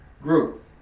group